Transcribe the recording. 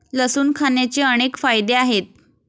लसूण खाण्याचे अनेक फायदे आहेत